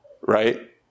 Right